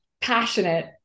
passionate